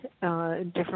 different